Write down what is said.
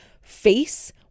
face